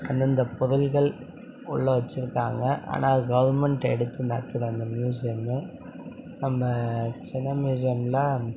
அந்தந்த பொருட்கள் உள்ளே வச்சுருக்காங்க ஆனால் அது கவர்மெண்ட் எடுத்து நடத்துது அந்த மியூசியமு நம்ம சென்னை மியூசியமில்